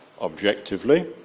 objectively